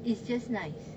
it's just nice